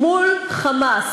מול "חמאס",